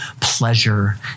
pleasure